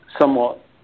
somewhat